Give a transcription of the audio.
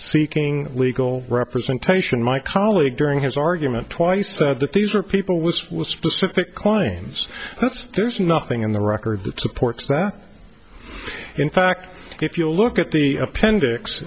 seeking legal representation my colleague during his argument twice said that these are people with specific claims that's there's nothing in the record that supports that in fact if you look at the appendix